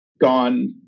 gone